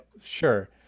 sure